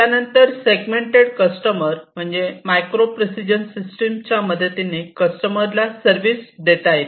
त्यानंतर segmented customer म्हणजे micro precision system च्या मदतीने कस्टमर ला सर्विस देता येते